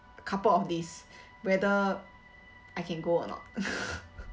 couple of days whether I can go or not